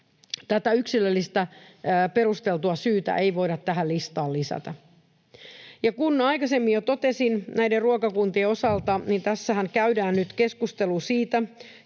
tätä yksilöllistä perusteltua syytä ei voida tähän listaan lisätä. Aikaisemmin jo totesin näiden ruokakuntien osalta, että tässähän käydään nyt keskustelu siitä,